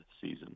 season